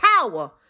power